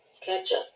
ketchup